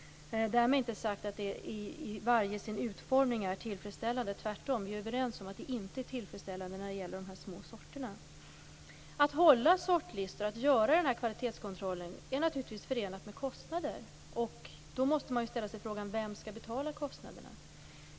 Därmed inte sagt att det är tillfredsställande i varje sin utformning. Tvärtom - vi är överens om att det inte är tillfredsställande när det gäller de små sorterna. Att hålla sortlistor och göra denna kvalitetskontroll är naturligtvis förenat med kostnader. Man måste därför ställa sig frågan vem som skall betala.